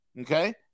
okay